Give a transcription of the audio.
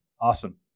Awesome